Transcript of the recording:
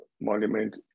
monument